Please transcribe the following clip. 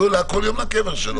היא עולה כל לילה לקבר שלו,